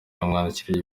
yamwandikiye